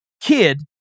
kid